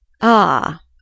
Ah